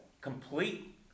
complete